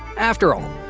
after all,